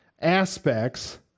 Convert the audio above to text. aspects